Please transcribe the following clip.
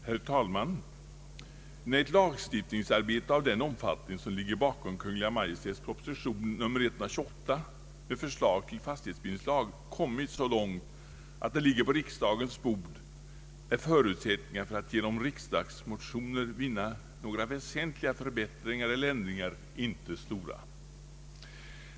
Herr talman! När ett lagstiftningsarbete av den omfattning som ligger bakom Kungl. Maj:ts proposition 128 med förslag till fastighetsbildningslag kommit så långt att det ligger på riksdagens bord, är förutsättningarna för att genom riksdagsmotioner vinna några väsentliga förbättringar eller ändringar inte stora.